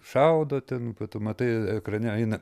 šaudo ten tu matai ekrane eina